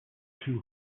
too